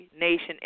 Nation